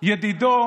השואה?